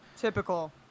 Typical